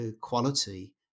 quality